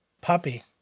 Puppy